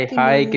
hi